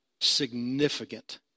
significant